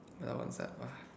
I don't understand why